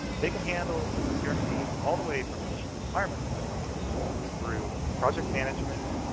they can handle the procurement needs all the way from initial requirements analysis through project management,